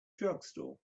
drugstore